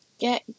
get